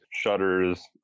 shutters